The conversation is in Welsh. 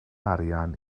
arian